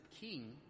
king